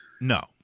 No